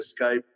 Skype